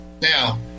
Now